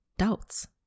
doubts